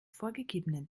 vorgegebenen